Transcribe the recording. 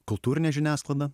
kultūrinė žiniasklaida